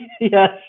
yes